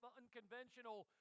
unconventional